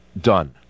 done